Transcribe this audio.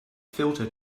filter